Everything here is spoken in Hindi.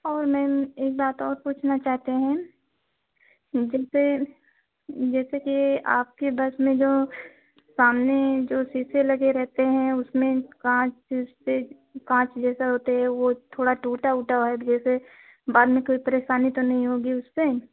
और मैम एक बात और पूछना चाहते हैं जैसे के आपके बस में जो सामने जो शीशे लगे रहते हैं उसमें कांच जिसे कांच जैसे होता है वो थोड़ा टूटा ऊटा है तो जैसे बाद में कोई परेशानी तो नहीं होगी उससे